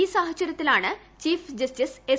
ഈ സാഹചരൃത്തിലാണ് chief justice S